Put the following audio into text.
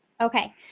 Okay